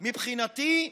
מבחינתי,